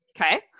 Okay